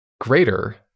greater